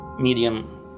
medium